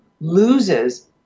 loses